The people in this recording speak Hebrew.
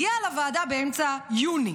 הגיע לוועדה באמצע יוני,